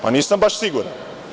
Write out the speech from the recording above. Pa, nisam baš siguran.